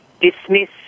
dismiss